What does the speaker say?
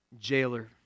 jailer